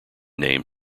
name